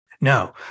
No